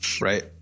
right